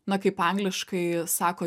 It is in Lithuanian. na kaip angliškai sako